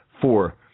four